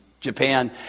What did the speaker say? Japan